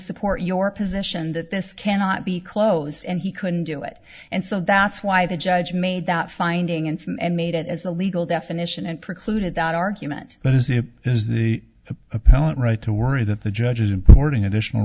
support your position that this cannot be closed and he couldn't do it and so that's why the judge made that finding and from and made it as a legal definition and precluded that argument but as he has the appellate right to worry that the judge is importing additional